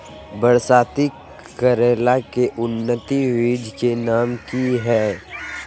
बरसाती करेला के उन्नत बिज के नाम की हैय?